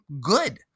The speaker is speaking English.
good